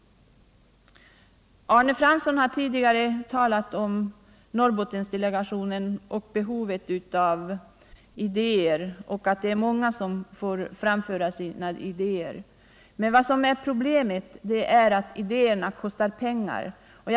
Arne Fransson har tidigare talat om Norrbottendelegationen, om behovet av idéer och om behovet av att många får framföra sina idéer. Men vad som är problemet är att det kostar pengar att förverkliga idéerna.